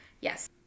yes